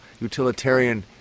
utilitarian